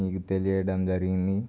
మీకు తెలియడం జరిగింది